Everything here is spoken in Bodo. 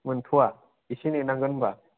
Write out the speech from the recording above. मोनथ'वा एसे नेनांगोन होनबा